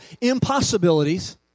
impossibilities